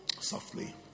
softly